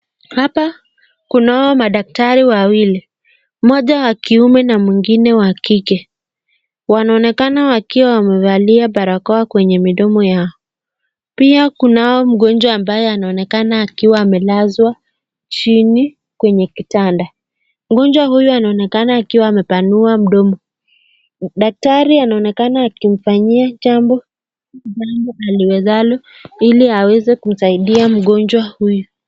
Hapa kunao madaktari wawili . Mmoja wa kiume na mwingine wa kike . Wanaonekana wakiwa wamevalia barakoa kwenye midomo yao . Pia kunao mgonjwa ambaye anaonekana akiwa amelazwa chini kwenye kitanda . Mgonjwa huyu anaonekana akiwa amepanua mdomo . Daktari anaonekana akimfanyia jambo aliwezalo ili aweze kusaidia mgonjwa huyu .